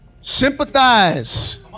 sympathize